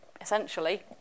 essentially